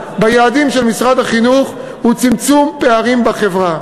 היעדים של משרד החינוך היא צמצום פערים בחברה.